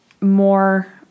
more